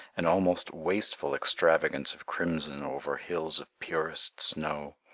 an almost wasteful extravagance of crimson over hills of purest snow,